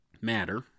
matter